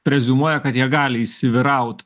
preziumuoja kad jie gali įsivyraut